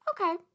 okay